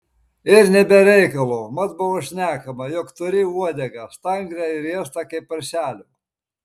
ir ne be reikalo mat buvo šnekama jog turi uodegą stangrią ir riestą kaip paršelio